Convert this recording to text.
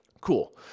Cool